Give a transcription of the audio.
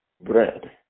bread